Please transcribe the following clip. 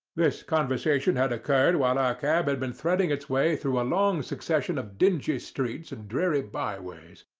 this conversation had occurred while our cab had been threading its way through a long succession of dingy streets and dreary by-ways.